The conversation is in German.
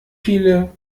viele